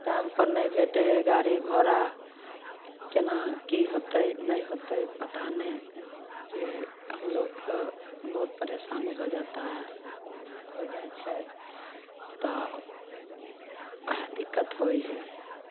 time पर नहि भेटै है गाड़ी घोड़ा केना की होयतै नहि होयतै पता नहि जे हमलोग कऽ बहुत परेशानी हो जाता है हो जाइत छै तऽ ओहए दिक्कत होइ है